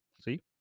See